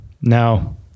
now